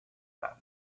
that